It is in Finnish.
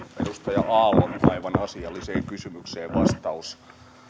edustaja aallon aivan asialliseen kysymykseen vastaus